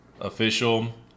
Official